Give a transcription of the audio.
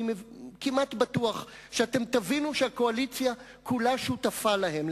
אני כמעט בטוח שאתם תבינו שהקואליציה כולה שותפה להם.